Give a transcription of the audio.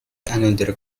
another